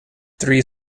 three